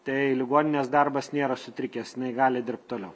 tai ligoninės darbas nėra sutrikęs jinai gali dirbt toliau